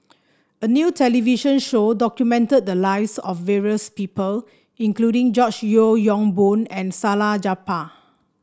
a new television show documented the lives of various people including George Yeo Yong Boon and Salleh Japar